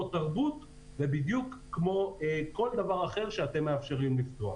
תרבות ובדיוק כמו כל דבר אחר שאתם מבקשים לפתוח.